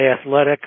athletic